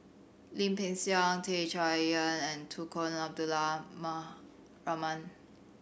Lim Peng Siang Tan Chay Yan and Tunku Abdul Rahman